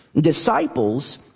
Disciples